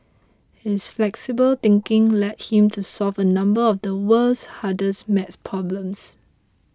his flexible thinking led him to solve a number of the world's hardest math problems